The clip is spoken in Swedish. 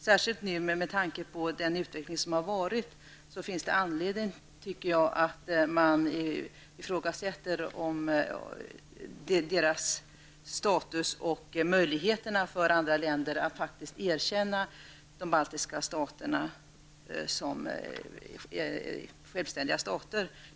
Det finns, med tanke på den utveckling som har varit, anledning att man ifrågasätter deras status och möjligheterna för andra länder att erkänna de baltiska staterna som självständiga stater.